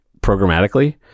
programmatically